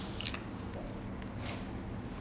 and I know about paris why can't I just go there